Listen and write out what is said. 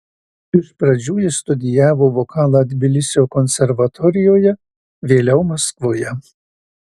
iš pradžių jis studijavo vokalą tbilisio konservatorijoje vėliau maskvoje